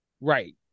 right